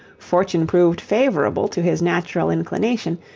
fortune proved favourable to his natural inclination,